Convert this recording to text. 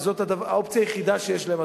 וזאת האופציה היחידה שיש להם,